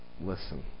listen